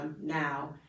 Now